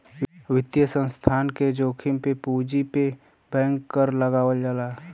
वित्तीय संस्थान के जोखिम पे पूंजी पे बैंक कर लगावल जाला